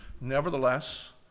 nevertheless